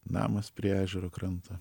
namas prie ežero kranto